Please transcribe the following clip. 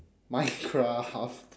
minecraft